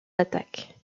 attaques